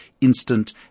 instant